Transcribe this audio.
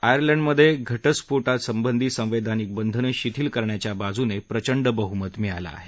आयर्लंडमधे घटस्फोटावरीच संवैधानिक बंधनं शिथिल करण्याच्या बाजूने प्रचंड बह्मत मिळालं आहे